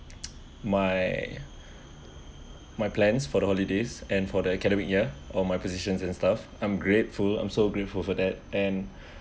my my plans for the holidays and for the academic year or my positions and stuff I'm grateful I'm so grateful for that and